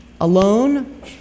alone